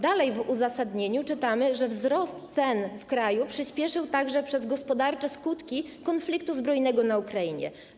Dalej w uzasadnieniu czytamy: ˝Wzrost cen w kraju przyspieszył także przez gospodarcze skutki konfliktu zbrojnego w Ukrainie˝